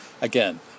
Again